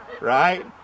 right